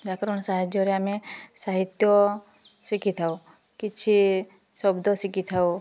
ବ୍ୟାକରଣ ସାହାଯ୍ୟରେ ଆମେ ସାହିତ୍ୟ ଶିଖିଥାଉ କିଛି ଶବ୍ଦ ଶିଖିଥାଉ